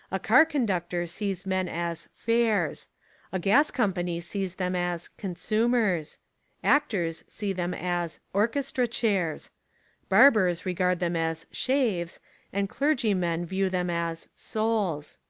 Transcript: a car conductor sees men as fares a gas company sees them as consumers actors see them as orchestra chairs barbers regard them as shaves and clergymen view them as souls.